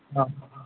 ହଁ